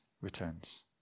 returns